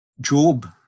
Job